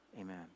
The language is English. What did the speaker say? Amen